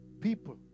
people